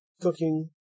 cooking